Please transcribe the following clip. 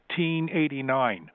1889